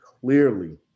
clearly